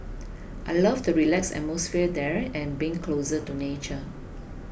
I love the relaxed atmosphere there and being closer to nature